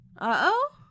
Uh-oh